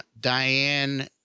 Diane